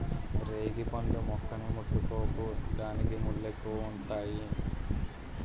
రేగుపండు మొక్కని ముట్టుకోకు దానికి ముల్లెక్కువుంతాయి